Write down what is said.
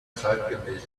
zeitgemäß